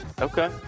Okay